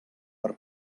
per